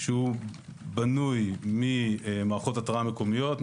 שהוא בנוי ממערכות התרעה מקומיות,